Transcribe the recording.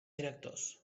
directors